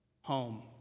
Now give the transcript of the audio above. home